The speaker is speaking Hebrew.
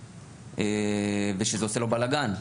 טוב, ושזה עושה לו בלגן.